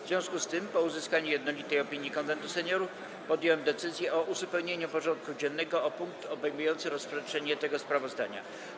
W związku z tym, po uzyskaniu jednolitej opinii Konwentu Seniorów, podjąłem decyzję o uzupełnieniu porządku dziennego o punkt obejmujący rozpatrzenie tego sprawozdania.